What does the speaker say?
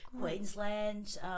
Queensland